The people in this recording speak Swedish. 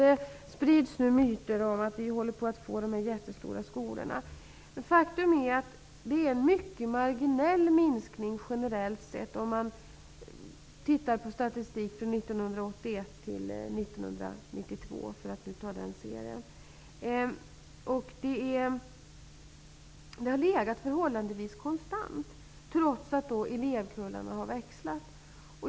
Det sprids nu myter om att vi håller på att få jättestora skolor, men faktum är att det för 1981--1992 -- för att nu ta den serien -- generellt sett är fråga om en mycket marginell ökning. Det har legat förhållandevis konstant, trots att elevkullarna har växlat.